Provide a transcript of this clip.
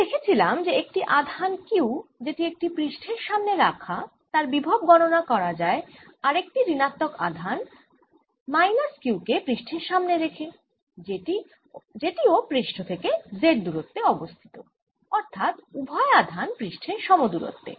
আমরা দেখেছিলাম যে একটি আধান q যেটি একটি পৃষ্ঠের সামনে রাখা তার বিভব গণনা করা যায় আরেকটি ঋণাত্মক আধান মাইনাস q কে পৃষ্ঠের সামনে রেখে যেটি ও পৃষ্ঠ থেকে Z দূরত্বে অবস্থিত অর্থাৎ উভয় আধান পৃষ্ঠের সম দূরত্বে